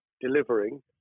delivering